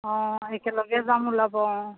অঁ একেলগে যাম ওলাব অঁ